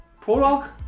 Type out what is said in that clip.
Prologue